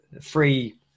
free